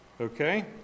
Okay